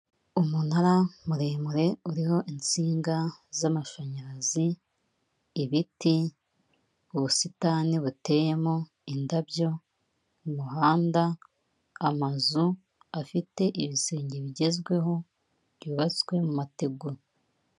Umunara muremure uriho insinga z'amashanyarazi, ibiti, ubusitani buteyemo indabyo, umuhanda, amazu afite ibisenge bigezweho byubatswe mu mategura.